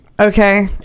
Okay